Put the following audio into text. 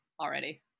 already